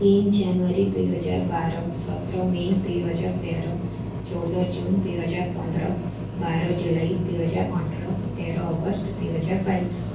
ତିନି ଜାନୁଆରୀ ଦୁଇହଜାର ବାର ସତର ମେ ଦୁଇହଜାର ତେର ଚଉଦ ଜୁନ୍ ଦୁଇହଜାର ପନ୍ଦର ବାର ଜୁଲାଇ ଦୁଇ ହଜାର ଅଠର ତେର ଅଗଷ୍ଟ ଦୁଇହଜାର ବାଇଶି